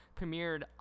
premiered